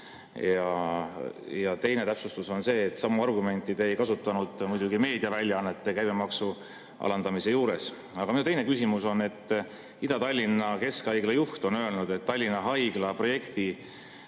Teine täpsustus on see, et sama argumenti ei kasutanud te muidugi meediaväljaannete käibemaksu alandamise kohta. Aga minu teine küsimus on järgmine. Ida-Tallinna Keskhaigla juht on öelnud, et Tallinna Haigla projekti